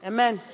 Amen